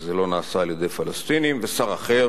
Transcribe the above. וזה לא נעשה על-ידי פלסטינים, ושר אחר